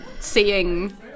seeing